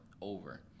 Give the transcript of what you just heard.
over